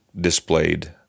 displayed